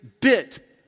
bit